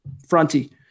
Fronty